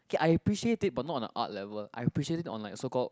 okay I appreciate it but not a art level I appreciate it on like so called